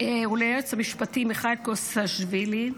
וליועץ המשפטי מיכאל קוסאשווילי.